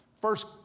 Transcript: first